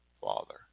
Father